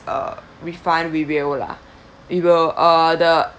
a refund we will lah we will uh the